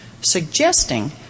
suggesting